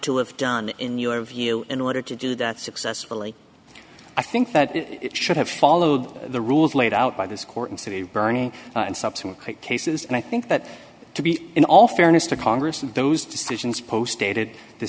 to have done in your view in order to do that successfully i think that it should have followed the rules laid out by this court and city burning and subsequent cases and i think that to be in all fairness to congress and those decisions post dated the